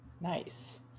Nice